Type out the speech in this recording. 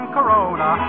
Corona